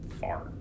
far